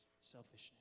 selfishness